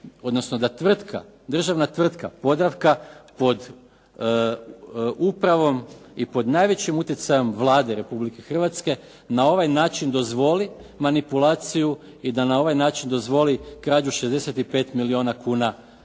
odnosno da tvrtka, državna tvrtka "Podravka" pod upravom i pod najvećim utjecajem Vlade Republike Hrvatske na ovaj način dozvoli manipulaciju i da na ovaj način dozvoli krađu 65 milijuna kuna iz